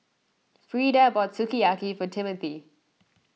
Freeda bought Sukiyaki for Timmothy